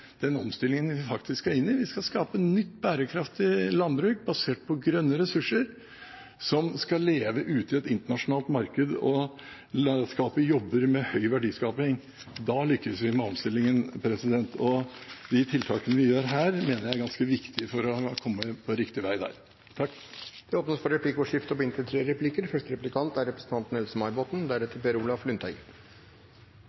vi faktisk er inne i. Vi skal skape nytt, bærekraftig landbruk basert på grønne ressurser, som skal leve ute i et internasjonalt marked og skape jobber med høy verdiskaping. Da lykkes vi med omstillingen, og de tiltakene vi gjør her, mener jeg er ganske viktige for å komme på riktig vei der. Det åpnes for replikkordskifte.